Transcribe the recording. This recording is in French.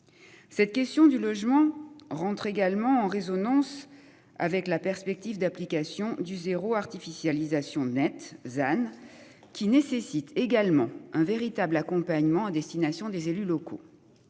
Cette question du logement rentre également en résonance avec la perspective d'application du zéro artificialisation nette than qui nécessitent également un véritable accompagnement à destination des élus locaux.